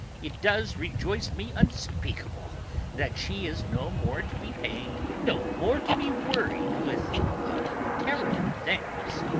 it does rejoice me unspeakable that she is no more to be pained, no more to be worried with our terrible things.